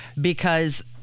because-